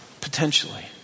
Potentially